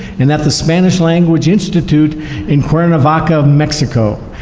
and at the spanish language institute in cuernavaca, mexico.